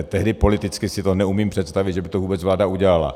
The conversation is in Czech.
Tehdy politicky si to neumím představit, že by to vůbec vláda udělala.